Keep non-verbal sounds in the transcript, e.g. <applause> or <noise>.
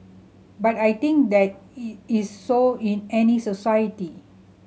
but I think that <unintelligible> is so in any society